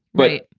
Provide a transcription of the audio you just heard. but,